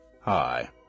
Hi